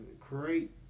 create